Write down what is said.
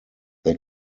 they